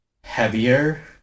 heavier